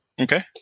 Okay